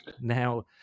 Now